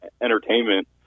entertainment